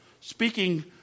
speaking